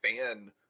fan